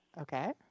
okay